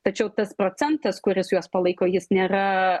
tačiau tas procentas kuris juos palaiko jis nėra